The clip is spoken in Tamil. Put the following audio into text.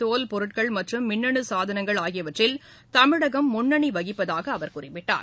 தோல் பொருட்கள் மற்றும் மின்னணு சாதனங்கள் ஆகியவற்றில் தமிழகம் முன்னணி வகிப்பதாக அவர் குறிப்பிட்டார்